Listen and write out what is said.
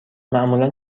معمولا